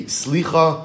Slicha